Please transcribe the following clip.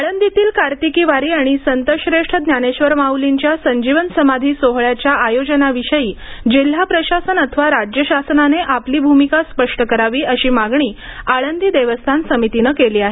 आळंदीतील कार्तिकी वारी आणि संतश्रेष्ठ ज्ञानेश्वर माउलींच्या संजीवन समाधी सोहोळ्याच्या आयोजनाविषयी जिल्हा प्रशासन अथवा राज्य शासनाने आपली भूमिका स्पष्ट करावी अशी मागणी आळंदी देवस्थान समितीनं केली आहे